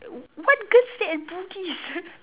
what girl stay at Bugis